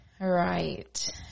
Right